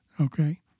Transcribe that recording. Okay